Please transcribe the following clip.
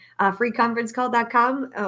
freeconferencecall.com